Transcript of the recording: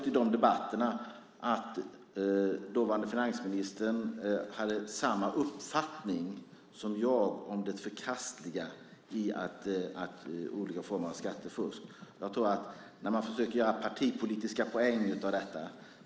I de debatterna hade dåvarande finansministern samma uppfattning som jag om det förkastliga i olika former av skattefusk, och det tyckte jag var värdefullt. Det är väldigt bekymmersamt när man försöker göra partipolitiska poänger av detta.